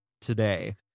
today